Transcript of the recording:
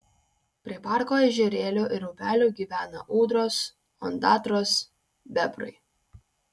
prie parko ežerėlių ir upelių gyvena ūdros ondatros bebrai